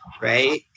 right